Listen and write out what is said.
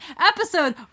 episode